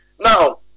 Now